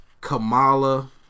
Kamala